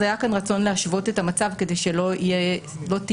אז היה כאן רצון להשוות את המצב כדי שלא תהיה סיטואציה,